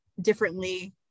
differently